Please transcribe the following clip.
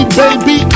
baby